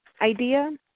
idea